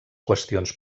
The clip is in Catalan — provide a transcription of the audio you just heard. qüestions